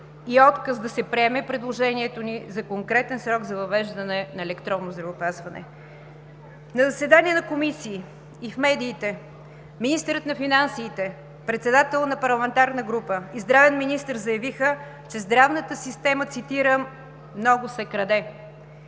и отказ да се приеме предложението ни за конкретен срок за въвеждане на електронно здравеопазване. На заседания на комисии и в медиите министърът на финансите, председател на парламентарна група и здравен министър заявиха, че в здравната система, цитирам: „Много се краде“.